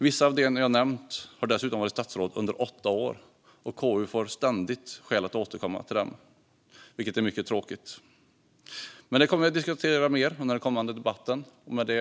Vissa av dem jag nu har nämnt har dessutom varit statsråd under åtta år, och KU får ständigt skäl att återkomma till dem, vilket är mycket tråkigt. Men det kommer vi att diskutera mer under kommande debatt.